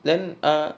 then err